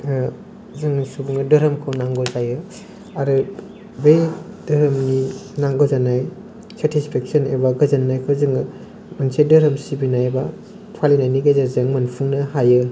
जोंनो सुबुं धोरोमखौ नांगौ जायो आरो बै धोरोमनि नांगौ जानाय सेतिसफ्कसन एबा गोजोननाय मोनसे धोरोम सिबिनाय बा फालिनायनि गेजेरजों मोनफुंनो हायो